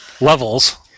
levels